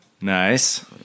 Nice